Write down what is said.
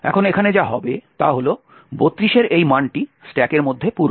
এখন এখানে যা হবে তা হল 32 এর এই মানটি স্ট্যাকের মধ্যে পূর্ণ